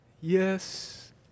Yes